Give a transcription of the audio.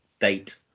date